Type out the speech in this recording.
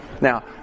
Now